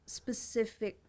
specific